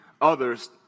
others